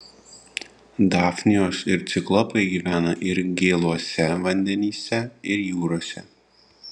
dafnijos ir ciklopai gyvena ir gėluose vandenyse ir jūrose